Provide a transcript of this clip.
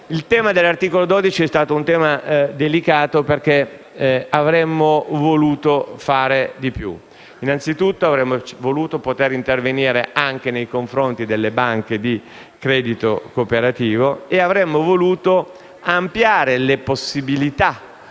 Il tema dell'articolo 12 è delicato, perché avremmo voluto fare di più. Innanzitutto, avremmo voluto poter intervenire anche nei confronti delle banche di credito cooperativo e avremmo voluto ampliare le possibilità